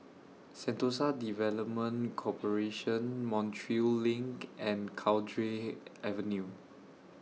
Sentosa Development Corporation Montreal LINK and Cowdray Avenue